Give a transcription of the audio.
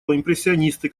импрессионисты